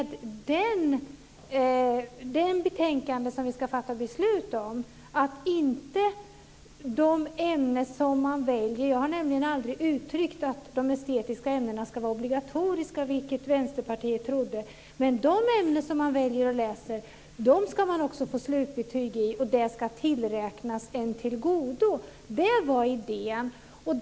De ämnen som man väljer att läsa - jag har aldrig uttryckt att de estetiska ämnena ska vara obligatoriska, vilket Vänsterpartiet trodde - ska man också få slutbetyg i, och det ska man kunna tillgodoräkna sig. Det var detta som var idén.